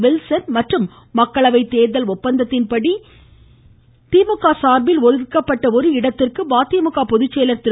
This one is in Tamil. வில்சன் மற்றும் மக்களவைத் தோதல் ஒப்பந்தத்தின்படி சார்பில் ஒதுக்கப்பட்ட ஒரு இடத்திற்கு மதிமுக பொதுச்செயலர் திரு